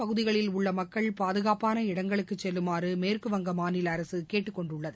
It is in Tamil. பகுதிகளில் உள்ளமக்கள் பாதுகாப்பான தாழ்வானப் இடங்களுக்குசெல்லுமாறுமேற்குவங்கமாநிலஅரசுகேட்டுக்கொண்டுள்ளது